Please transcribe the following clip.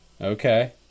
Okay